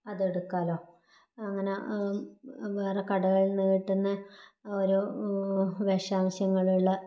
അതെടുക്കാലോ അങ്ങന വേറെ കടകളിലോട്ടന്നെ ഓരോ വിഷാംശങ്ങളുള്ള